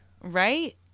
Right